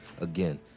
Again